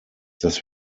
dass